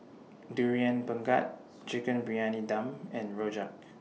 Durian Pengat Chicken Briyani Dum and Rojak